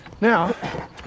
Now